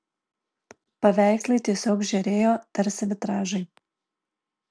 paveikslai tiesiog žėrėjo tarsi vitražai